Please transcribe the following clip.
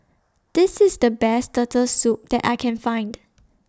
This IS The Best Turtle Soup that I Can Find